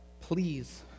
please